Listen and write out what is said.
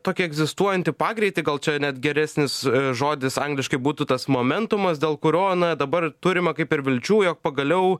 tokį egzistuojantį pagreitį gal čia net geresnis žodis angliškai būtų tas momentums dėl kurio na dabar turima kaip ir vilčių jog pagaliau